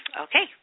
Okay